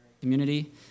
community